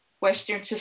Western